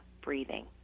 breathing